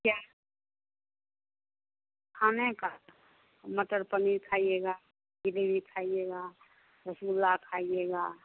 क्या हमें का मटर पनीर खाइएगा बिजनी खाइएगा रसगुल्ला खाइएगा